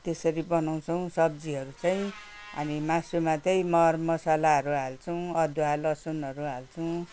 त्यसरी बनाउँछौँ सब्जीहरू चाहिँ अनि मासुमा चाहिँ मरमसालाहरू हाल्छौँ अदुवा लसुनहरू हाल्छौँ